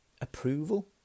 approval